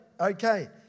okay